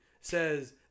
says